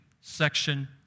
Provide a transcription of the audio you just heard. section